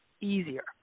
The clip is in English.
easier